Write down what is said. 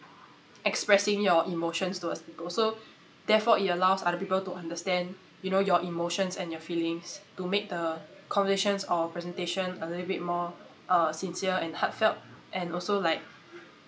expressing your emotions towards people so therefore it allows other people to understand you know your emotions and your feelings to make the conversations or presentation a little bit more uh sincere and heartfelt and also like